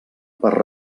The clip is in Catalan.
per